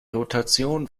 rotation